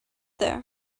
there